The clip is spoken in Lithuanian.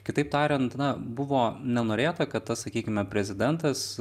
kitaip tariant na buvo nenorėta kad tas sakykime prezidentas